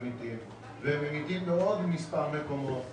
וממיתים בעוד מספר מקומות,